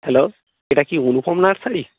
hello এটা কি Anupam nursery